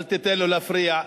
אל תיתן לו להפריע,